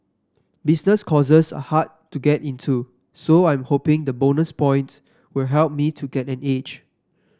business courses are hard to get into so I am hoping the bonus points will help me to get an edge